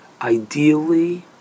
ideally